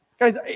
Guys